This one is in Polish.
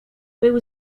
był